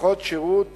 סככות שירות